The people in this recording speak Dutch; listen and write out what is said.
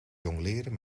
jongleren